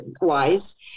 wise